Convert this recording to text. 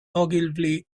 ogilvy